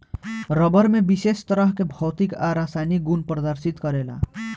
रबड़ में विशेष तरह के भौतिक आ रासायनिक गुड़ प्रदर्शित करेला